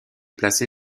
placé